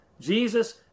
Jesus